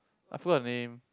I forgot her name